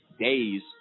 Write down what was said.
Days